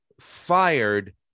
fired